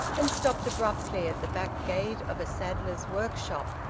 and stopped abruptly at the back gate of a saddler's workshop.